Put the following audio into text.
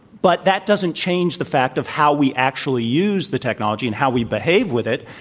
but that doesn't change the fact of how we actually use the technology and how we behave with it,